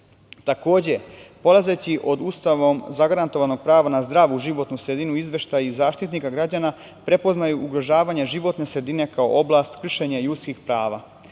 Takođe, polazeći od Ustavom zagarantovanog prava na zdravu životnu sredinu, izveštaji Zaštitnika građana prepoznaju ugrožavanje životne sredine kao oblast kršenja ljudskih prava. Nismo